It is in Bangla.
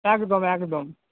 একদম একদম